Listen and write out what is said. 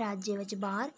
राज्य बिच बाह्र